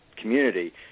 community